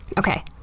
okay.